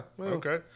Okay